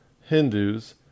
hindus